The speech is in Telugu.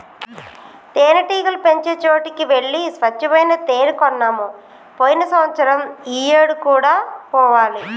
తేనెటీగలు పెంచే చోటికి వెళ్లి స్వచ్చమైన తేనే కొన్నాము పోయిన సంవత్సరం ఈ ఏడు కూడా పోవాలి